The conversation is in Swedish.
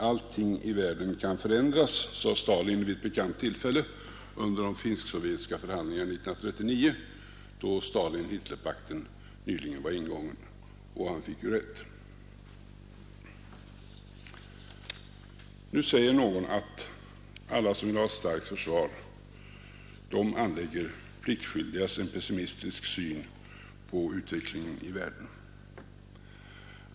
Allting i världen kan förändras, sade Stalin vid ett bekant tillfälle under de finsk-sovjetiska förhandlingarna 1939, då Stalin-Hitlerpakten nyligen var ingången, och han fick ju rätt. Nu säger någon att alla som vill ha ett starkt försvar anlägger pliktskyldigast en pessimistisk syn på utvecklingen i världen.